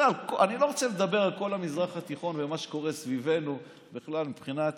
אני לא רוצה לדבר על כל המזרח התיכון ומה שקורה סביבנו בכלל מבחינת